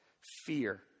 Fear